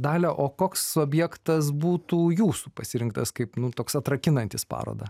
dalia o koks objektas būtų jūsų pasirinktas kaip nu toks atrakinantis parodą